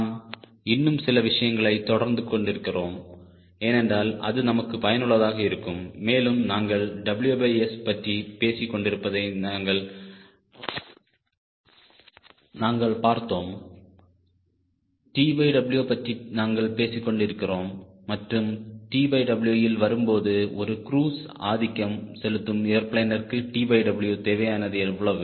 நாம் இன்னும் சில விஷயங்களை தொடர்ந்து கொண்டிருக்கிறோம் ஏனென்றால் அது நமக்கு பயனுள்ளதாக இருக்கும் மேலும் நாங்கள் WS பற்றி பேசிக்கொண்டிருப்பதை நாங்கள் பார்த்தோம் TW பற்றி நாங்கள் பேசிக் கொண்டிருக்கிறோம் மற்றும் TW ல் வரும்போதுஒரு குரூஸ் ஆதிக்கம் செலுத்தும் ஏர்பிளேன்ற்கு TW தேவையானது எவ்வளவு